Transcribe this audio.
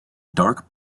dark